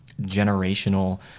Generational